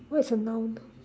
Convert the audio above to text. what is a noun